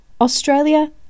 Australia